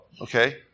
okay